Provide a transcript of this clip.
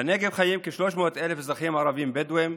בנגב חיים כ-300,000 אזרחים ערבים בדואים,